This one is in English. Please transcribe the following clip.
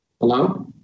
Hello